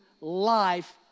life